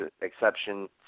exception